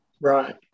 Right